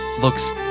looks